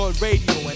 Radio